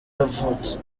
yavutse